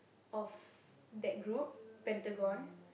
of that group Pentagon